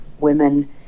women